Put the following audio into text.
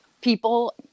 people